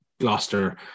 Gloucester